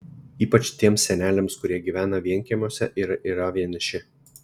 ypač tiems seneliams kurie gyvena vienkiemiuose ir yra vieniši